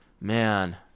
Man